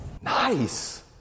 Nice